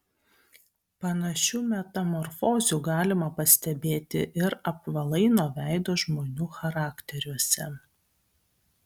panašių metamorfozių galima pastebėti ir apvalaino veido žmonių charakteriuose